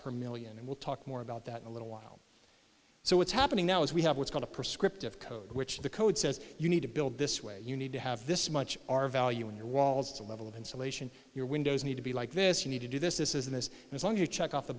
per million and we'll talk more about that in a little while so what's happening now is we have what's called a prescriptive code which the code says you need to build this way you need to have this much r value in your walls the level of insulation your windows need to be like this you need to do this this is this is longer check off the